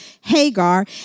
Hagar